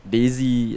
Daisy